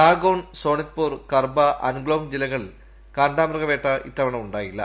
നാഗ്ഗോൺ സോണിത്പൂർകർബാ അൻഗ്ലോങ് ജില്ലകളിൽ കാണ്ടാമൃഗവേട്ട ഇത്ത്വ്ണ ഉണ്ടായില്ല